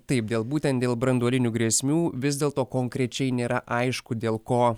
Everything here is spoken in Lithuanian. taip dėl būtent dėl branduolinių grėsmių vis dėlto konkrečiai nėra aišku dėl ko